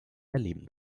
erleben